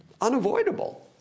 unavoidable